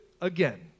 again